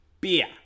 Beer